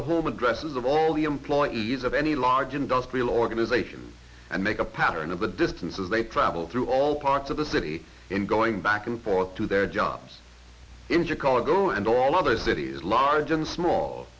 the home addresses of all the employees of any large industrial organization and make a pattern of the distance as they travel through all parts of the city in going back and forth to their jobs in chicago and all other cities large and small